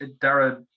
Dara